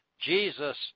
Jesus